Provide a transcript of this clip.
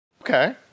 Okay